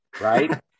right